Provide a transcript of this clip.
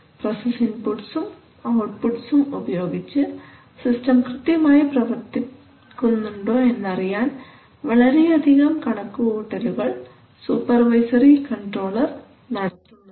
process ഇൻപുട്ട്സും ഔട്ട്പുട്ട്സും ഉപയോഗിച്ച് സിസ്റ്റം കൃത്യമായി പ്രവർത്തിക്കുന്നുണ്ടോ എന്നറിയാൻ വളരെയധികം കണക്കുകൂട്ടലുകൾ സൂപ്പർവൈസറി കൺട്രോളർ നടത്തുന്നുണ്ട്